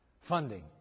funding